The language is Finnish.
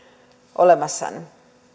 olemassa